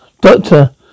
Doctor